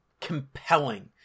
compelling